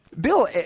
Bill